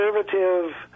conservative